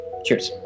Cheers